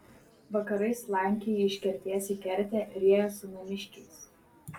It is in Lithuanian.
vakarais slankioji iš kertės į kertę riejies su namiškiais